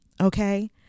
Okay